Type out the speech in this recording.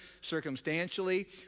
circumstantially